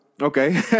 Okay